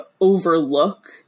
overlook